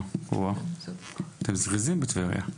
אתם זריזים בטבריה.